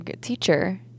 teacher